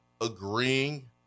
agreeing